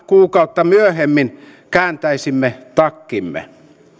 kuukautta myöhemmin kääntäisimme takkimme